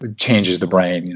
but changes the brain,